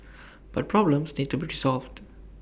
but problems need to be resolved